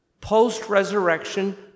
post-resurrection